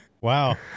Wow